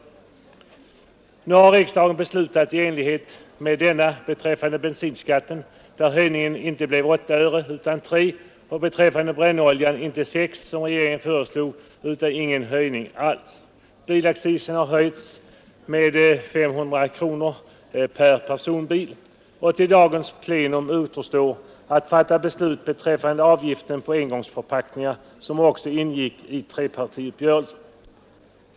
Riksdagen har också beslutat i enlighet med denna uppgörelse, men bensinskatten höjdes inte med 8 öre utan med 3 öre och priset på brännoljan — där regeringen hade föreslagit en höjning med 6 öre — höjdes inte alls. Bilaccisen har höjts med ca 500 kronor för personbil, och till dagens plenum återstår att fatta beslut beträffande avgiften på engångsförpackningar som också ingick i trepartiuppgörelsen.